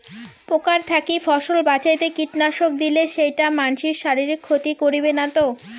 পোকার থাকি ফসল বাঁচাইতে কীটনাশক দিলে সেইটা মানসির শারীরিক ক্ষতি করিবে না তো?